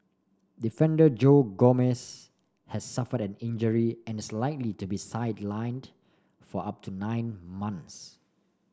defender Joe Gomez has suffered an injury and is likely to be sidelined for up to nine months